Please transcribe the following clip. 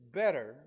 better